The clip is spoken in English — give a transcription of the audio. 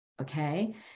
Okay